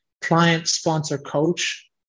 client-sponsor-coach